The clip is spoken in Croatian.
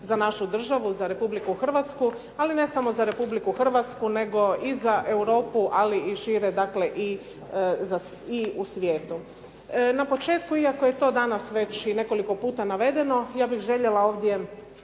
za našu državu, za Republike Hrvatsku ali ne samo za Republike Hrvatsku nego i za Europu ali i šire i u svijetu. Na početku iako je to danas već nekoliko puta navedeno ja bih željela ovdje